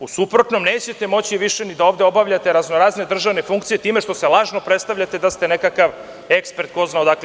U suprotnom, nećete moći više da obavljate raznorazne državne funkcije time što se lažno predstavljate da ste nekakav ekspert, došao ko zna odakle.